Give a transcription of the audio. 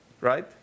right